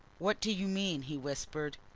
what do you mean? he whispered.